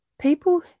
people